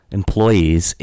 employees